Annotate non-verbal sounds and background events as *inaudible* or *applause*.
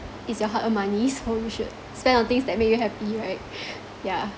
is your hard earned money so *laughs* you should spend on things that make you happy right *laughs* yeah